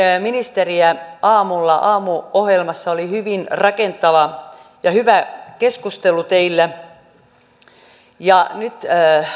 ministeriä aamulla aamuohjelmassa oli hyvin rakentava ja hyvä keskustelu teillä nyt